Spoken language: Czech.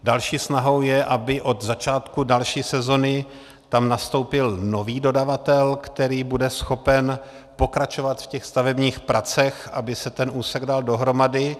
Další snahou je, aby od začátku další sezony tam nastoupil nový dodavatel, který bude schopen pokračovat ve stavebních pracích, aby se ten úsek dal dohromady.